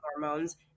hormones